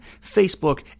facebook